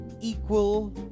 equal